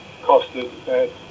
costed